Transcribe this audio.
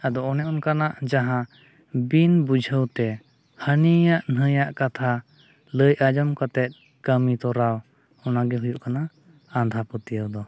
ᱟᱫᱚ ᱚᱱᱮ ᱚᱱᱠᱟᱱᱟᱜ ᱡᱟᱦᱟᱸ ᱵᱤᱱ ᱵᱩᱡᱷᱟᱹᱣᱛᱮ ᱦᱟᱹᱱᱤᱭᱟᱜ ᱱᱟᱹᱭᱟᱜ ᱠᱟᱛᱷᱟ ᱞᱟᱹᱭ ᱟᱸᱡᱚᱢ ᱠᱟᱛᱮᱫ ᱠᱟᱹᱢᱤ ᱛᱚᱨᱟᱣ ᱚᱱᱟᱜᱮ ᱦᱩᱭᱩᱜ ᱠᱟᱱᱟ ᱟᱸᱫᱷᱟ ᱯᱟᱹᱛᱭᱟᱹᱣ ᱫᱚ